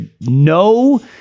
no